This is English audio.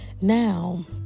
Now